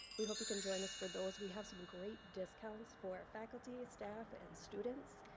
we hope you can join us for those. we have some great discounts for faculty, staff, and students,